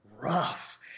rough